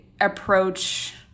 approach